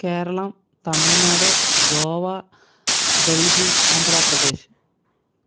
Keralam Tamil Nadu Goa Delhi Andhra Pradesh